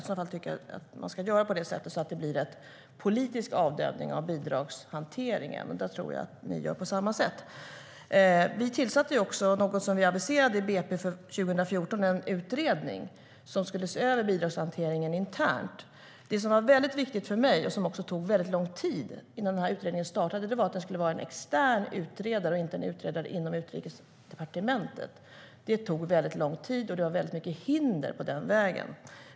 Jag tycker att man ska göra på det sättet så att det blir en politisk avdömning av bidragshanteringen, och jag tror som sagt att ni gör på samma sätt.I budgetpropositionen för 2014 aviserade vi en utredning som skulle se över bidragshanteringen internt och som vi också tillsatte. Det tog väldigt lång tid innan den här utredningen startade, men det som var väldigt viktigt för mig var att det skulle vara en extern utredare och inte en utredare inom Utrikesdepartementet. Det tog som sagt väldigt lång tid, och det var väldigt mycket hinder på den vägen.